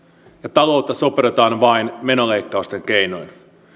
taloutta sopeutetaan vain menoleikkausten keinoin